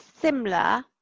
similar